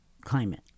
climate